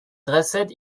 dressed